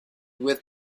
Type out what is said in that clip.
with